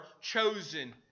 chosen